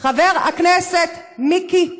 חבר הכנסת מיקי לוי.